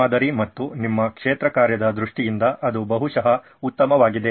ಮೂಲಮಾದರಿ ಮತ್ತು ನಿಮ್ಮ ಕ್ಷೇತ್ರಕಾರ್ಯದ ದೃಷ್ಟಿಯಿಂದ ಅದು ಬಹುಶಃ ಉತ್ತಮವಾಗಿದೆ